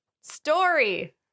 story